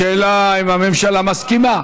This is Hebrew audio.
השאלה היא אם הממשלה מסכימה.